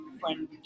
friend